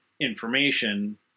information